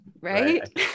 Right